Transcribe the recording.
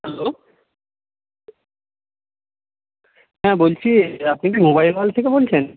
hello হ্যাঁ বলছি আপনি কি মোবাইল হল থেকে বলছেন